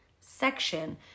section